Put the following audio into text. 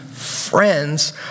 friends